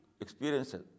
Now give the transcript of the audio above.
experiences